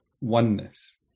oneness